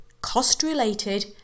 cost-related